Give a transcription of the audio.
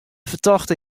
fertochte